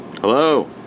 Hello